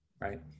Right